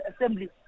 assembly